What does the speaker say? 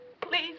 Please